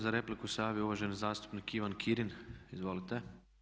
Za repliku se javio uvaženi zastupnik Ivan Kirin, izvolite.